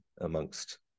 amongst